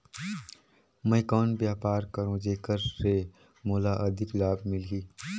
मैं कौन व्यापार करो जेकर से मोला अधिक लाभ मिलही?